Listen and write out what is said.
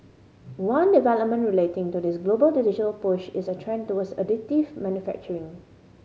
one development relating to this global digital push is a trend towards additive manufacturing